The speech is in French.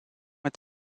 est